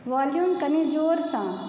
volume कनी जोरसँ